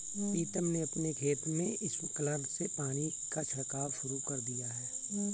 प्रीतम ने अपने खेत में स्प्रिंकलर से पानी का छिड़काव शुरू कर दिया है